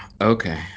Okay